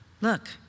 Look